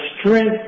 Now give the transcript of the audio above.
strength